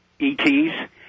ETs